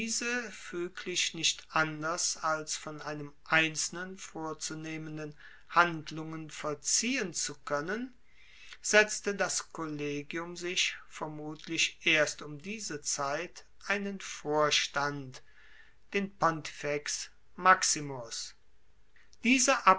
fueglich nicht anders als von einem einzelnen vorzunehmenden handlungen vollziehen zu koennen setzte das kollegium sich vermutlich erst um diese zeit einen vorstand den pontifex maximus diese